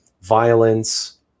violence